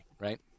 right